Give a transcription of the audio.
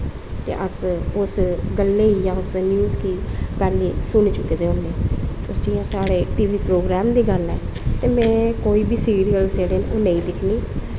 अस उस गल्लै गी उस न्यूज गी पैह्लें सुनी चुके दे होन्ने जि'यां साढ़े टी वी प्रोग्राम दी गल्ल ऐ ते में कोई बी जेह्ड़े सिरियल नेईं दिक्खनी